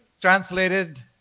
Translated